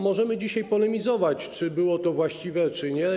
Możemy dzisiaj polemizować, czy było to właściwe czy nie.